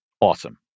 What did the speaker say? awesome